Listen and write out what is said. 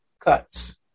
cuts